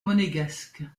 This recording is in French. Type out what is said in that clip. monégasque